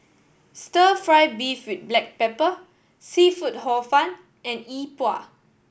Stir Fry beef with black pepper seafood Hor Fun and E Bua